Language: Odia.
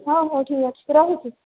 ହଁ ହଉ ଠିକ୍ଅଛି ରହୁଛି